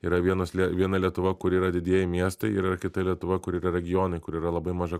yra vienos le viena lietuva kur yra didieji miestai ir yra kita lietuva kur yra regionai kur yra labai maža